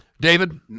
David